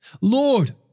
Lord